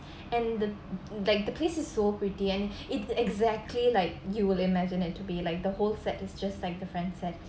and the like the place is so pretty and it's exactly like you will imagine it to be like the whole set is just like the friends set